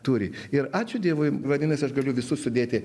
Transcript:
turi ir ačiū dievui vadinasi aš galiu visus sudėti